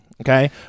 Okay